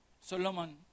Solomon